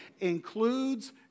includes